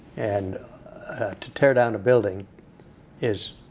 and to tear down a building is